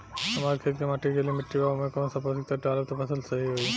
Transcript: हमार खेत के माटी गीली मिट्टी बा ओमे कौन सा पोशक तत्व डालम त फसल सही होई?